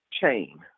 chain